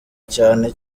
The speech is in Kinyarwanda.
cyane